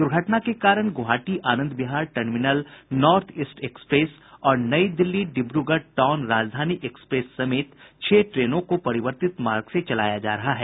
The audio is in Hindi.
दुर्घटना के कारण Guwahati Anand Vihar terminal north east express और नई दिल्ली डिब्रूगढ़ टाउन राजधानी एक्सप्रेस समेत छह ट्रेनों को परिवर्तित मार्ग से चलाया जा रहा है